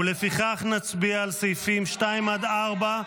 ולפיכך נצביע על סעיפים 2 4,